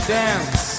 dance